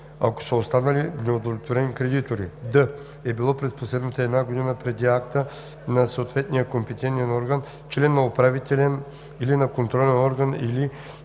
ако са останали неудовлетворени кредитори; д) е било през последната една година преди акта на съответния компетентен орган член на управителен или на контролен орган или